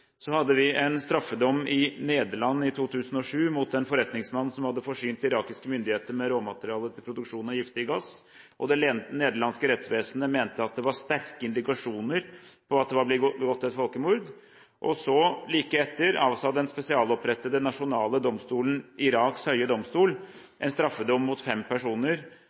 Så hadde vi en straffedom i Nederland i 2007 mot en forretningsmann som hadde forsynt irakiske myndigheter med råmateriale til produksjon av giftig gass, og det nederlandske rettsvesenet mente at det var sterke indikasjoner på at det var blitt begått et folkemord. Og så, like etter, avsa den spesialopprettede nasjonale domstolen, Iraks høye domstol, en straffedom mot fem personer,